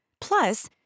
plus